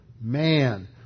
man